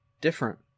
different